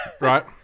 right